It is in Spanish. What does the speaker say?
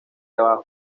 abajo